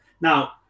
Now